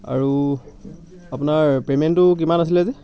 আৰু আপোনাৰ পে'মেণ্টটো কিমান আছিলে আজি